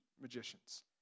magicians